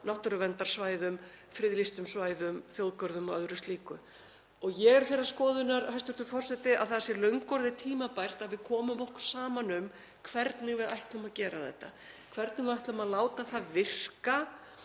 náttúruverndarsvæðum, friðlýstum svæðum, þjóðgörðum og öðru slíku. Ég er þeirrar skoðunar, hæstv. forseti, að það sé löngu orðið tímabært að við komum okkur saman um hvernig við ætlum að gera þetta, hvernig við ætlum að láta það virka